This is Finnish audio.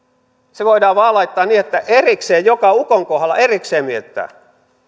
ne voidaan vain laittaa niin että joka ukon kohdalla erikseen mietitään